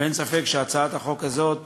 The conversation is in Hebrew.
אין ספק שהצעת החוק הזאת